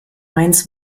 mainz